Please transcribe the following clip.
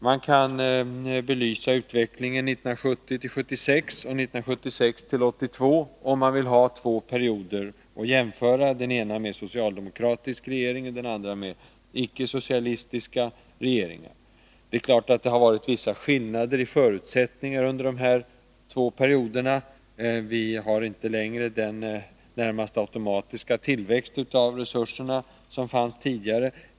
Man kan belysa utvecklingen 1970-1976 och 1976-1982, om man vill ha två perioder att jämföra, en med socialdemokratisk regering och den andra med icke-socialistiska regeringar. Det är klart att det har varit skillnader i förutsättningar under de här två perioderna. Vi har inte längre den närmast automatiska tillväxt av resurserna som vi tidigare hade.